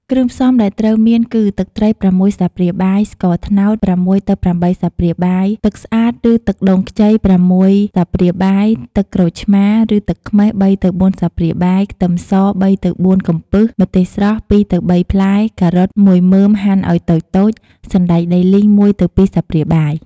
គ្គ្រឿងផ្សំដែលត្រូវមានគឺ ទឹកត្រី ៦ ស្លាបព្រាបាយ, ស្ករត្នោត ៦ទៅ៨ ស្លាបព្រាបាយ, ទឹកស្អាត ឬទឹកដូងខ្ចី ៦ ស្លាបព្រាបាយ,ទឹកក្រូចឆ្មារ ឬទឹកខ្មេះ ៣ទៅ៤ ស្លាបព្រាបាយ, ខ្ទឹមស ៣ទៅ៤ កំពឹស, ម្ទេសស្រស់ ២ទៅ៤ ផ្លែ, ការ៉ុត១ មើមហាន់ឲ្យតូចៗ, សណ្ដែកដីលីង ១ទៅ២ ស្លាបព្រាបាយ។